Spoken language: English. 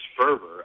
fervor